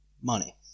money